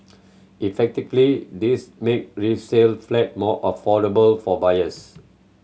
this make resale flat more affordable for buyers